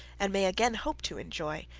and may again hope to enjoy,